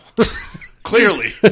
clearly